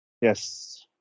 Yes